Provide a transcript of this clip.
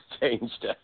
changed